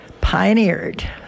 pioneered